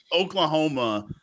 Oklahoma